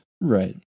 Right